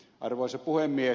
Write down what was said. arvoisa puhemies